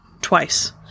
twice